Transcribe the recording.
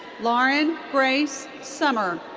lauren grace sommer.